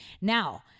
Now